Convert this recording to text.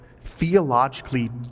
theologically